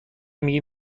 میگی